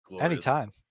Anytime